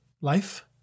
life